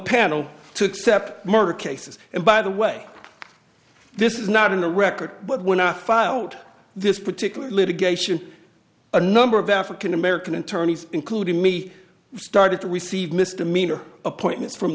panel to accept murder cases and by the way this is not in the record but when i filed this particular litigation a number of african american attorneys including me started to receive misdemeanor appointments from